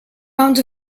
round